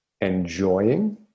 enjoying